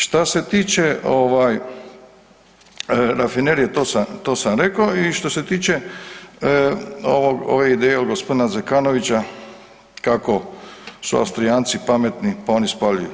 Šta se tiče rafinerije, to sam rekao i što se tiče ove ideje od g. Zekanovića kako su Austrijanci pametni pa oni spaljuju.